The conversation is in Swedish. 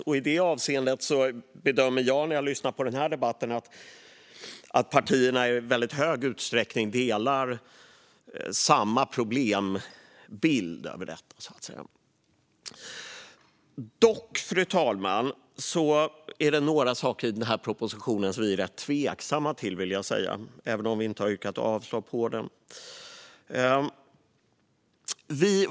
I det avseendet bedömer jag, när jag lyssnar på debatten, att partierna i stor utsträckning delar samma problembild. Det är dock några saker i propositionen som vi är ganska tveksamma till, även om vi inte har yrkat avslag på den.